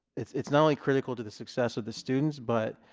it's it's not only critical to the success of the students but